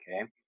Okay